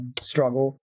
struggle